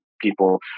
people